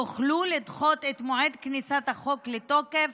יוכלו לדחות את מועד כניסת החוק לתוקף